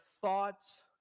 thoughts